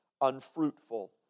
unfruitful